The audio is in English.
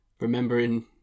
remembering